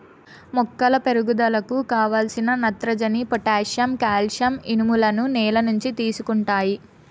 మొక్కల పెరుగుదలకు కావలసిన నత్రజని, పొటాషియం, కాల్షియం, ఇనుములను నేల నుంచి తీసుకుంటాయి